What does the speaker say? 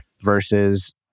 Versus